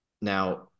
Now